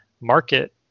market